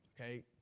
Okay